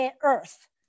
Earth